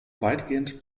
weitgehend